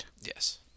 Yes